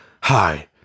Hi